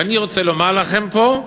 ואני רוצה לומר לכם פה,